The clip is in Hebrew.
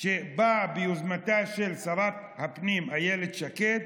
שבאה ביוזמתה של שרת הפנים אילת שקד,